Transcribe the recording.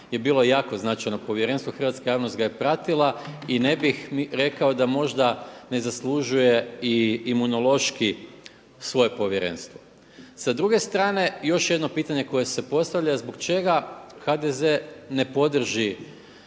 je bilo jako značajno povjerenstvo, hrvatska javnost ga je pratila i ne bih rekao da možda ne zaslužuje i Imunološki svoje povjerenstvo. Sa druge strane, još jedno pitanje koje se postavlja, zbog čega HDZ ne podrži